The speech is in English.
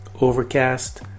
Overcast